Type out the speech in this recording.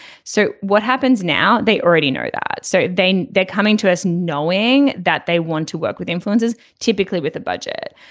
so what happens now. they already know that. so they they're coming to us knowing that they want to work with influencers typically with the budget.